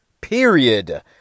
Period